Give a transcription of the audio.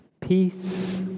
peace